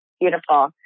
Beautiful